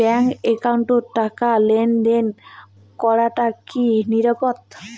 Bank একাউন্টত টাকা লেনদেন করাটা কি নিরাপদ?